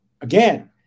again